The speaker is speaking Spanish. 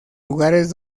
lugares